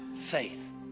faith